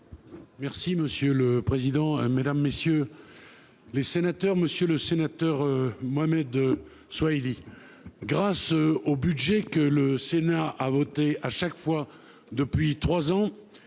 Merci monsieur le président, Mesdames, messieurs. Les sénateurs, Monsieur le Sénateur, Mohamed. Soihili grâce au budget que le Sénat a voté à chaque fois depuis 3 ans